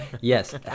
Yes